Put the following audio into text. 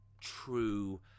true